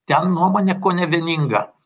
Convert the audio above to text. ten nuomonė kone vieninga